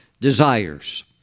desires